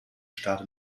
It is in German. starte